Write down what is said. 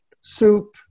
soup